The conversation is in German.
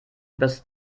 übers